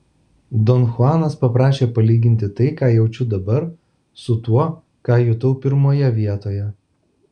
don chuanas paprašė palyginti tai ką jaučiu dabar su tuo ką jutau pirmojoje vietoje